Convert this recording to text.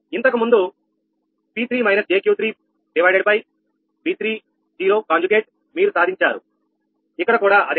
ఇంతకుముందు 𝑉30∗ మీరు సాధించారు ఇక్కడ కూడా అదే